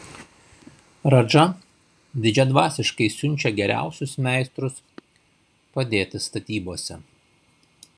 radža didžiadvasiškai siunčia geriausius meistrus padėti statybose